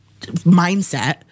mindset